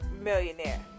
millionaire